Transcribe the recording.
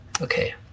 Okay